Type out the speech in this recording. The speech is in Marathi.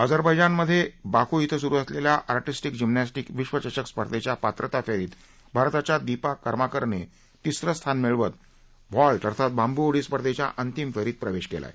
अजरबैजानमधे बाकू इथं स्रु असलेल्या आर्टिस्टीक जिम्नॅस्टीक विश्वचषक स्पर्धेच्या पात्रता फेरीत भारताच्या दीपा करमाकरनं तिसरं स्थान मिळवत व्हॉल्ट अर्थात बांब् उडी स्पर्धेच्या अंतिम फेरीत प्रवेश केला आहे